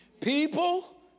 People